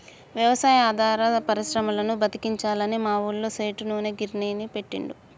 వ్యవసాయాధార పరిశ్రమలను బతికించాలని మా ఊళ్ళ సేటు నూనె గిర్నీ పెట్టిండు